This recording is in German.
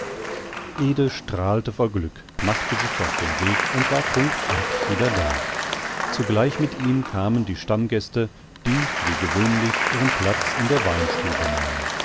strahlte vor glück machte sich auf den weg und war punkt acht wieder da zugleich mit ihm kamen die stammgäste die wie gewöhnlich ihren platz in der weinstube nahmen